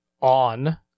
on